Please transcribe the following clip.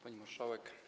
Pani Marszałek!